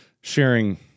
sharing